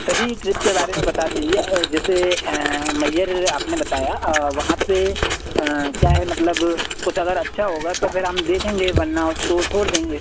सभी ट्रिप के बारे में बता दीजिए ए जैसे एँ मइहर आपने बताया वहाँ पर क्या है मतलब कुछ अगर अच्छा होगा तो फ़िर हम देखेंगे वरना उसको छोड़ देंगे